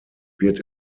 wird